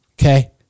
okay